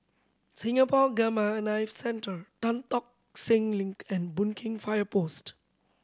Singapore Gamma Knife Centre Tan Tock Seng Link and Boon Keng Fire Post